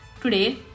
Today